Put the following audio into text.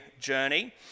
journey